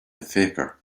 faker